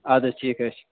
اَدٕ حظ ٹھیٖک حظ چھُ